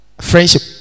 friendship